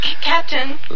Captain